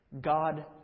God